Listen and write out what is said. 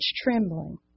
trembling